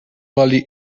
bali